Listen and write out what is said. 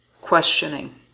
questioning